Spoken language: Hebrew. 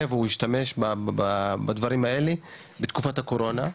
או השתמש בדברים האלה בתקופת הקורונה?